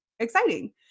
exciting